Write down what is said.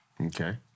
Okay